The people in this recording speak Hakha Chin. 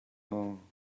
maw